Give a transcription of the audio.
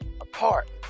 apart